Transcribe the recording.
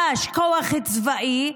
כוח צבאי,